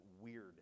weird